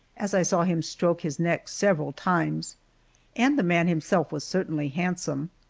as i saw him stroke his neck several times and the man himself was certainly handsome.